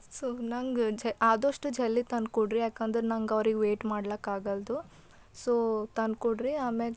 so ನಂಗೆ ಜ ಆದಷ್ಟು ಜಲ್ಲಿ ತಂದ್ಕೊಂಡ್ರಿ ಏಕೆಂದ್ರೆ ನಂಗೆ ಅವ್ರಿಗೆ ವೆಯ್ಟ್ ಮಾಡ್ಲಾಕ ಆಗಲ್ದು ಸೋ ತಂದ್ಕೊಂಡ್ರಿ ಆಮೇಲ್